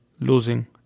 Losing